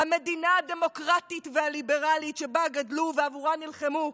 המדינה הדמוקרטית והליברלית שבה גדלו ובעבורה נלחמו,